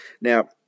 Now